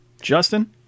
Justin